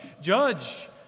Judge